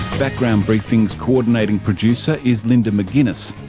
background briefing's coordinating producer is linda mcginness,